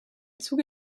zuge